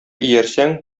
иярсәң